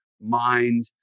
mind